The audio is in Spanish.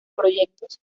proyectos